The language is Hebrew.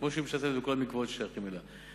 כמו שהיא משתתפת בכל המקוואות ששייכות לה.